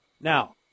Now